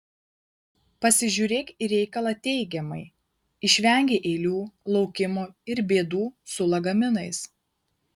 pasižiūrėk į reikalą teigiamai išvengei eilių laukimo ir bėdų su lagaminais